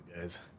guys